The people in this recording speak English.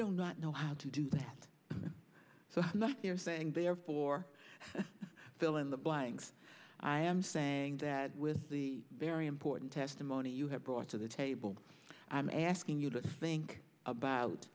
don't not know how to do that so you're saying therefore fill in the blanks i am saying that with the very important testimony you have brought to the table i'm asking you to think about